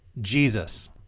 Jesus